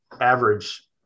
average